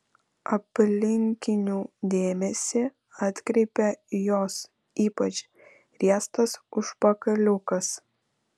aplinkinių dėmesį atkreipė jos ypač riestas užpakaliukas